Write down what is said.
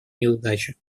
неудачи